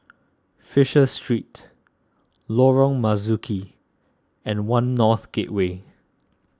Fisher Street Lorong Marzuki and one North Gateway